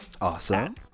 Awesome